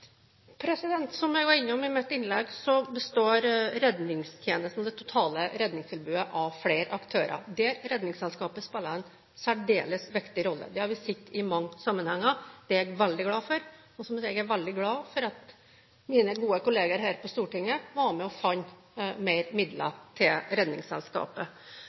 totale redningstilbudet, av flere aktører, der Redningsselskapet spiller en særdeles viktig rolle. Det har vi sett i mange sammenhenger. Det er jeg veldig glad for, og, som jeg sa, jeg er veldig glad for at mine gode kollegaer her på Stortinget fant mer midler til Redningsselskapet. Så er det slik at det fortsatt ikke er til å komme bort fra at Redningsselskapet